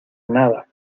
nada